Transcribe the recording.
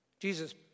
Jesus